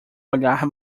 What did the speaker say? olhar